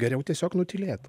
geriau tiesiog nutylėt